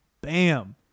bam